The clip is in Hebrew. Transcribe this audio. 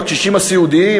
הקשישים הסיעודיים?